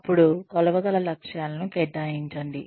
అప్పుడు కొలవగల లక్ష్యాలను కేటాయించండి